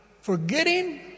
forgetting